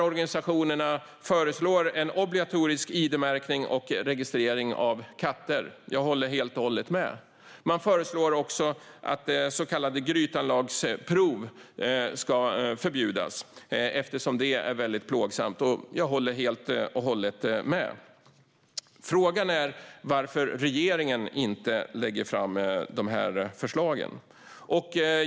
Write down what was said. Organisationerna föreslår en obligatorisk id-märkning och registrering av katter. Jag håller helt och hållet med. Man föreslår också att så kallade grytanlagsprov ska förbjudas, eftersom de är väldigt plågsamma. Jag håller helt och hållet med. Frågan är varför regeringen inte lägger fram de här förslagen.